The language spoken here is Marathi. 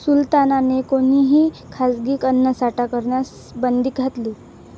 सुलतानाने कोणीही खासगी अन्नसाठा करण्यास बंदी घातली